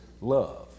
love